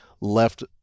left